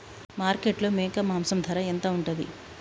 మార్కెట్లో మేక మాంసం ధర ఎంత ఉంటది?